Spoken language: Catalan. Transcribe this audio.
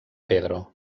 pedro